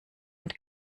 und